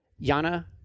Yana